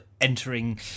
entering